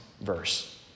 verse